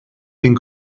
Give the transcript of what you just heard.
den